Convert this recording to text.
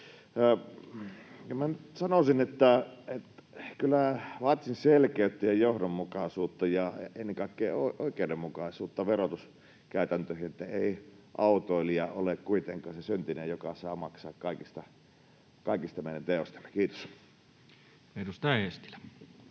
sanoisin nyt, että kyllä vaatisin selkeyttä ja johdonmukaisuutta ja ennen kaikkea oikeudenmukaisuutta verotuskäytäntöihin. Ei autoilija ole kuitenkaan se syntinen, joka saa maksaa kaikista meidän teoistamme. — Kiitos. [Speech 111]